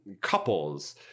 couples